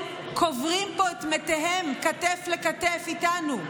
הם קוברים פה את מתיהם כתף אל כתף איתנו,